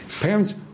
Parents